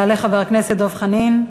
יעלה חבר הכנסת דב חנין.